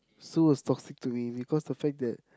Sue was toxic to me because the fact that